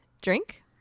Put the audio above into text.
drink